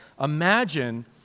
Imagine